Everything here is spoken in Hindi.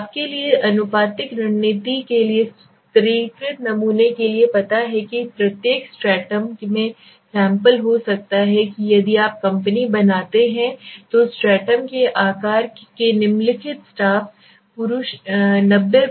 आपके लिए आनुपातिक रणनीति के लिए स्तरीकृत नमूने के लिए पता है कि प्रत्येक स्ट्रैटाम में सैंपल हो सकता है कि यदि आप कंपनी बनाते हैं तो स्ट्रैटाम के आकार के निम्नलिखित स्टाफ पुरुष 90